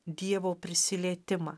dievo prisilietimą